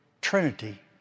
Trinity